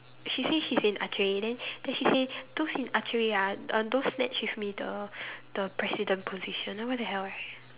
she say she's in archery then then she say those in archery ah uh don't snatch with me the the president position like what the hell right